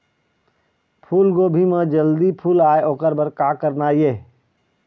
फूलगोभी म जल्दी फूल आय ओकर बर का करना ये?